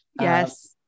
Yes